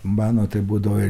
mano tai būdavo